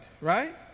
right